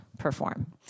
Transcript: Perform